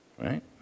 Right